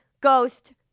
ghost